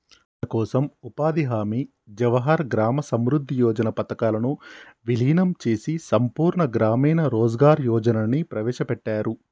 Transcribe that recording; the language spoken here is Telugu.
మనకోసం ఉపాధి హామీ జవహర్ గ్రామ సమృద్ధి యోజన పథకాలను వీలినం చేసి సంపూర్ణ గ్రామీణ రోజ్గార్ యోజనని ప్రవేశపెట్టారు